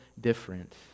different